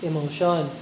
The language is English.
Emotion